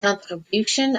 contribution